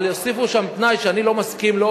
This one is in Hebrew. אבל הוסיפו שם תנאי שאני לא מסכים לו,